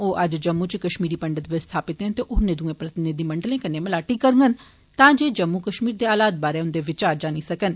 ओ अज्ज जम्मू इच कष्मीरी पंडित विस्थापितें ते होरनें दुएं प्रतिनिधिमंडलें कन्नै मलाटी करंङन तां जे जम्मू कष्मीर दे हालात बारै उंदे विचार जानी सकन